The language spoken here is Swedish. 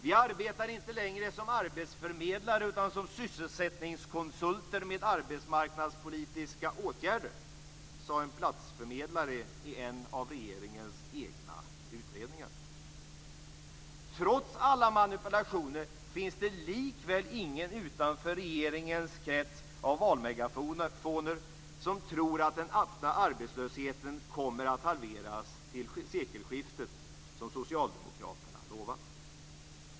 Vi arbetar inte längre som arbetsförmedlare utan som sysselsättningskonsulter med arbetsmarknadspolitiska åtgärder, sade en platsförmedlare i en av regeringens egna utredningar. Trots alla manipulationer finns det likväl ingen utanför regeringens krets av valmegafoner som tror att den öppna arbetslösheten kommer att halveras till sekelskiftet som Socialdemokraterna lovat.